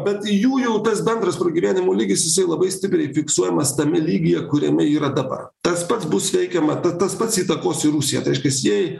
bet jų jau tas bendras pragyvenimo lygis labai stipriai fiksuojamas tame lygyje kuriame yra dabar tas pats bus veikiama ta tas pats įtakos ir rusiją tai reiškias jei